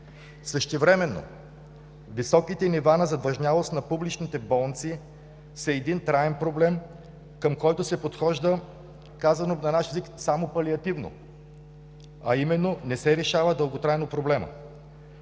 Същевременно високите нива на задлъжнялост на публичните болници са един траен проблем, към който се подхожда, казано на наш език, само палиативно, а именно не се решава дълготрайно проблемът.